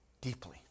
deeply